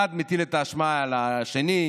אחד מטיל את האשמה על השני,